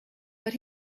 but